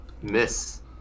miss